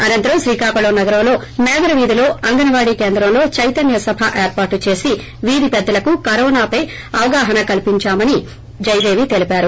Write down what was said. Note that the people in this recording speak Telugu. అనంతరం శ్రీకాకుళం నగరంలో మేదరవీధిలో అంగన్నాడీ కేంద్రములో చైతన్య సభ ఏర్పాటు చేసి వీధి పెద్దలకు కరోనా పై అవగాహన కల్పించామని జయదేవి తెలిపారు